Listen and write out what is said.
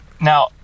Now